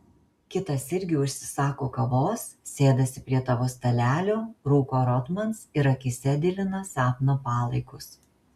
kitas irgi užsisako kavos sėdasi prie tavo stalelio rūko rotmans ir akyse dilina sapno palaikus